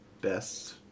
best